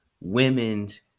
Women's